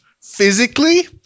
physically